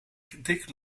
dick